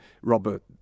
Robert